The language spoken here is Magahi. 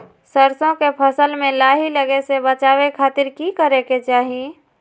सरसों के फसल में लाही लगे से बचावे खातिर की करे के चाही?